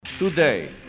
Today